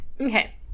Okay